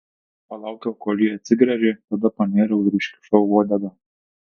palaukiau kol ji atsigręžė tada panėriau ir iškišau uodegą